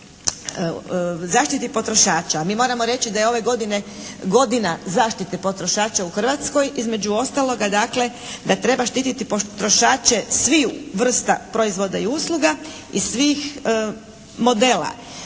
zaštiti potrošača, mi moramo reći da je ove godine godina zaštite potrošača u Hrvatskoj, između ostaloga dakle da treba štititi potrošače sviju vrsta proizvoda i usluga i svih modela.